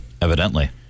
Evidently